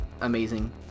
amazing